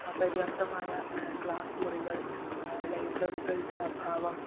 അപര്യാപ്തമായ ക്ലാസ് മുറികൾ ലൈബ്രറികളുടെ അഭാവം